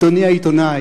אדוני העיתונאי,